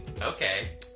Okay